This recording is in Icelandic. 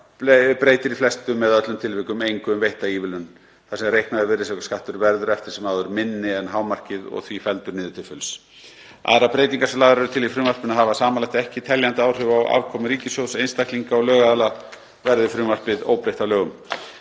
breytir í flestum eða öllum tilvikum engu um veitta ívilnun þar sem reiknaður virðisaukaskattur verður eftir sem áður minni en hámarkið og því felldur niður til fulls. Aðrar breytingar sem lagðar eru til í frumvarpinu hafa samanlagt ekki teljandi áhrif á afkomu ríkissjóðs, einstaklinga og lögaðila verði frumvarpið óbreytt að lögum.